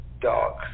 dark